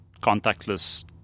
contactless